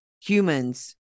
humans